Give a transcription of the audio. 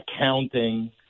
accounting